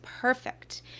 perfect